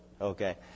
Okay